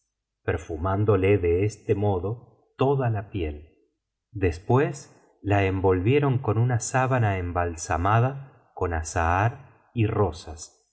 perfumándole de este modo toda la piel después la envolvieron con una sábana embalsamada con azahar y rosas